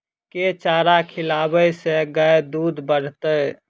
केँ चारा खिलाबै सँ गाय दुध बढ़तै?